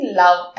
love